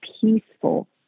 peaceful